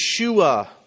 Yeshua